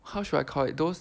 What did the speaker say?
how should I call it those